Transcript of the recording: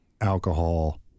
alcohol